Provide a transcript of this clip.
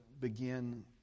begin